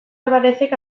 alvarerezek